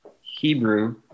Hebrew